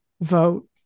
vote